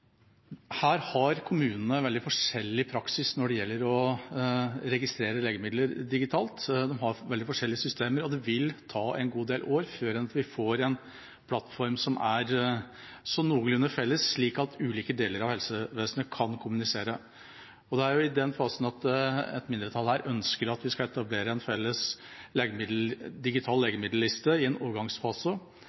Her har kommunene veldig forskjellig praksis når det gjelder å registrere legemidler digitalt, de har veldig forskjellige systemer, og det vil ta en god del år før vi får en plattform som er noenlunde felles, slik at ulike deler av helsevesenet kan kommunisere. Og det er her et mindretall ønsker at vi skal etablere en felles digital legemiddelliste i en overgangsfase.